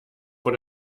vor